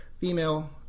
female